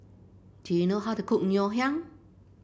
do you know how to cook Ngoh Hiang